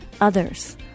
others